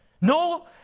no